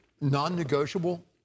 non-negotiable